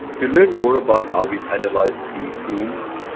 to learn more about how we've analyzed these themes,